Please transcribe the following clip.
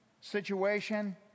situation